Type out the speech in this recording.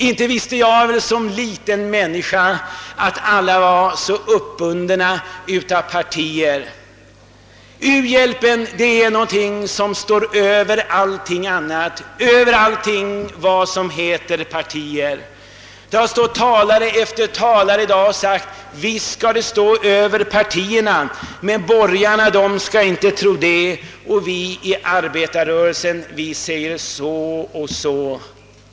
Inte visste jag i min ringhet att alla här var så bundna av sina partier. Men u-hjälpen är någonting som står över allting annat, över allt vad partier heter. I dag har talare efter talare här sagt: Visst står denna fråga över partierna, men borgarna skall inte tro det eller det och vi i arbetarrörelsen anser så eller så.